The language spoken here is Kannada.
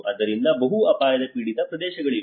ಆದ್ದರಿಂದ ಬಹು ಅಪಾಯದ ಪೀಡಿತ ಪ್ರದೇಶಗಳಿವೆ